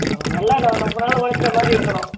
ஆ நல்லதாக ரொம்ப நாள் உழைக்கிற மாதிரி இருக்கணும்